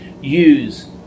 use